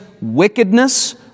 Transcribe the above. wickedness